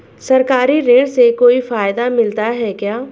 सरकारी ऋण से कोई फायदा मिलता है क्या?